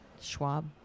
Schwab